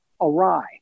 awry